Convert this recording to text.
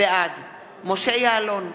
בעד משה יעלון,